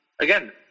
again